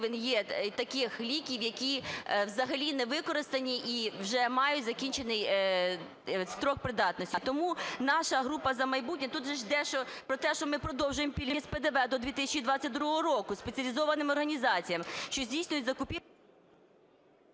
є таких ліків, які взагалі не використані і вже мають закінчений строк придатності. Тому наша група "За майбутнє"… Тут же йдеться про те, що ми продовжуємо пільги з ПДВ до 2022 року спеціалізованим організаціям, що здійснюють закупівлю.